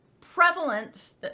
prevalence